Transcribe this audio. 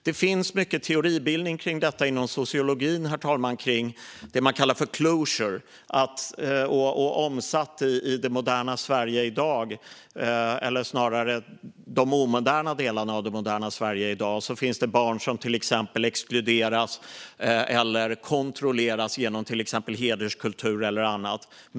Det finns mycket teoribildning kring detta inom sociologin kring det som man kallar closure. I de omoderna delarna av det moderna Sverige i dag finns det barn som till exempel exkluderas eller kontrolleras genom till exempel hederskultur eller annat.